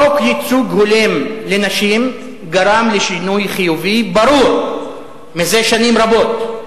חוק ייצוג הולם לנשים גרם לשינוי חיובי ברור זה שנים רבות,